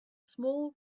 small